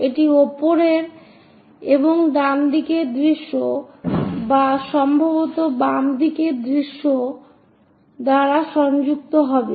এটি উপরের এবং ডান দিকের দৃশ্য বা সম্ভবত বাম দিকের দৃশ্য দ্বারা সংযুক্ত হবে